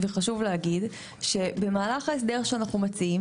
חשוב להגיד שבמהלך ההסדר שאנחנו מציעים,